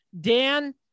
dan